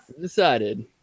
Decided